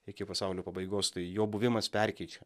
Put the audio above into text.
iki pasaulio pabaigos tai jo buvimas perkeičia